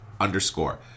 underscore